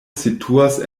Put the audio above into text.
situas